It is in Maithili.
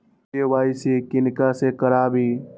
के.वाई.सी किनका से कराबी?